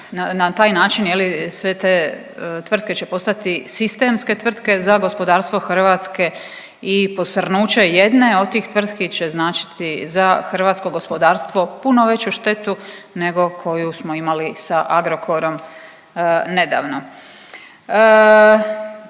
na taj način je li sve te, tvrtke će postati sistemske tvrtke za gospodarsko Hrvatske i posrnuće jedne od tih tvrtki će značiti za hrvatsko gospodarstvo puno veću štetu nego koju smo imali sa Agrokorom nedavno.